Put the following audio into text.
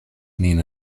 nin